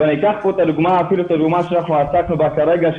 ואני אקח פה אפילו את הדוגמא שאנחנו עסקנו בה כרגע,